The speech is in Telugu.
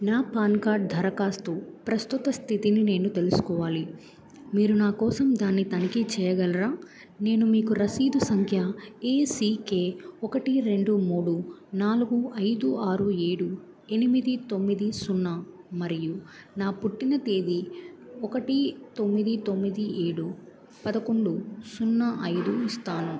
నా పాన్ కార్డ్ దరఖాస్తు ప్రస్తుత స్థితిని నేను తెలుసుకోవాలి మీరు నా కోసం దాన్ని తనిఖీ చేయగలరా నేను మీకు రసీదు సంఖ్య ఏ సీ కే ఒకటి రెండు మూడు నాలుగు ఐదు ఆరు ఏడు ఎనిమిది తొమ్మిది సున్నా మరియు నా పుట్టిన తేదీ ఒకటి తొమ్మిది తొమ్మిది ఏడు పదకొండు సున్నా ఐదు ఇస్తాను